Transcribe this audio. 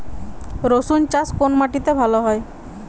রুসুন চাষ কোন মাটিতে ভালো হয়?